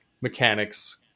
mechanics